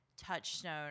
touchstone